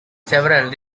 several